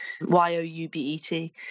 Y-O-U-B-E-T